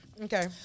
Okay